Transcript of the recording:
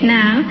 now